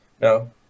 No